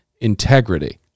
integrity